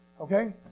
Okay